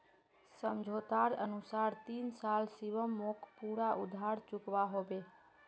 समझोतार अनुसार तीन साल शिवम मोक पूरा उधार चुकवा होबे